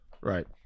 Right